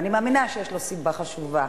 ואני מאמינה שיש לו סיבה חשובה,